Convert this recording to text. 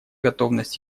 готовность